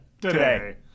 Today